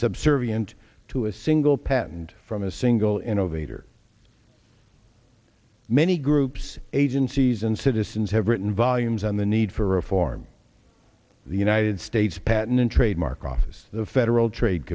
subservient to a single patent from a single innovator many groups agencies and citizens have written volumes on the need for reform the united states patent and trademark office the federal trade